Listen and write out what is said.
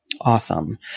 Awesome